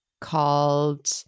called